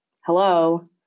Hello